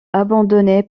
abandonnée